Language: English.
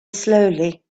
slowly